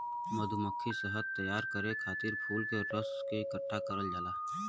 मधुमक्खी शहद तैयार करे खातिर फूल के रस के इकठ्ठा करल जाला